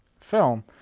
film